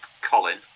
Colin